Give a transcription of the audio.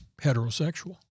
heterosexual